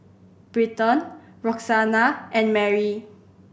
Britton Roxanna and Mari